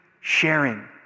sharing